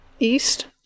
East